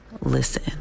listen